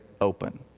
open